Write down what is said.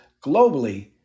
globally